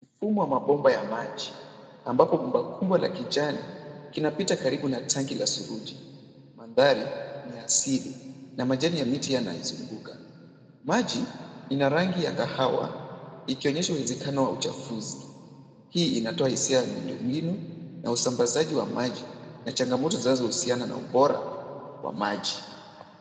Mfumo wa mabomba ya maji, ambapo bomba kubwa la kijani, kinapita karibu na tanki la suruji. Mandhari ni ya asili na majani ya miti yanaizunguka. Maji ina rangi ya kahawa, ikionyesha uwezekano wa uchafuzi. Hii inatoa hisia ya miundo mbinu na usambazaji wa maji na changamoto zinazohusiana na ubora wa maji.